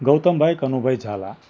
Gautambhai Kanubhai Jhala